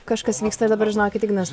kažkas vyksta ir dabar žinokit ignas